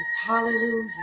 hallelujah